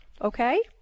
okay